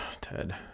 Ted